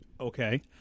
Okay